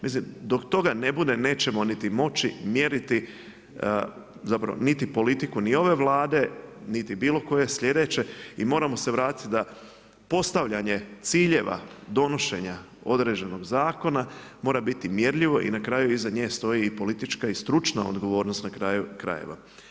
Mislim dok toga ne bude nećemo niti moći mjeriti zapravo niti politiku ni ove Vlade, niti bilo koje sljedeće i moramo se vratiti da postavljanje ciljeva donošenja određenog zakona mora biti mjerljivo i na kraju iza nje stoji i politička i stručna odgovornost na kraju krajeva.